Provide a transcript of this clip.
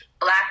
black